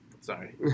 Sorry